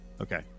Okay